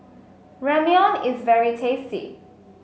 Ramyeon is very tasty